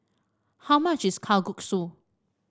how much is Kalguksu